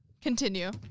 Continue